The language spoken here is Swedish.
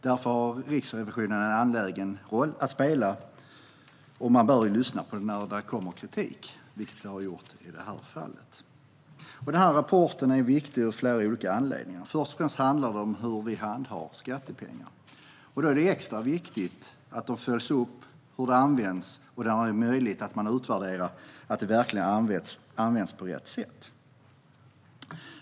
Därför har Riksrevisionen en mycket angelägen roll att spela, och man bör lyssna på den när det kommer kritik, vilket det har gjort i det här fallet. Denna rapport är viktig av flera olika anledningar. Först och främst handlar det om hur vi handhar skattepengar. Då är det extra viktigt att man följer upp hur de används och, när det är möjligt, att man utvärderar att de verkligen används på rätt sätt.